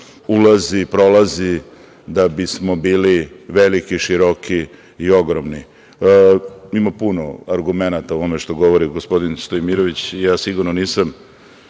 ulazi i prolazi da bismo bili veliki, široki i ogromni. Ima puno argumenata u ovome što govori gospodin Stojmirović i ja sigurno nisam